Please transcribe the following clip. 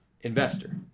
Investor